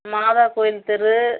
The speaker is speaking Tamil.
மாதா கோயில் தெரு